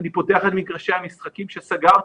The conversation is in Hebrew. אני פותח את מגרשי המשחקים שסגרתי.